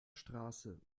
straße